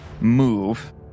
move